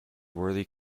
worthy